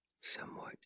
somewhat